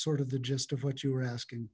sort of the gist of what you were asking